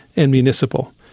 and municipal.